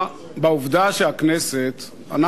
דווקא מקדימה כולם פה.